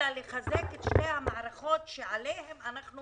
אלא לחזק את שתי המערכות שעליהן אנחנו